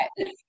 Okay